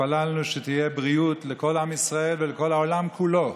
והתפללנו שתהיה בריאות לכל עם ישראל ולכל העולם כולו.